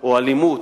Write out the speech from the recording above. או אלימות,